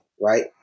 right